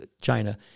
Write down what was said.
China